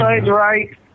right